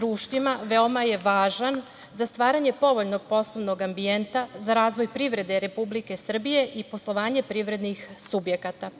društvima veoma je važan za stvaranje povoljnog poslovnog ambijenta, za razvoj privrede Republike Srbije i poslovanje privrednih subjekata.